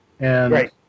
Right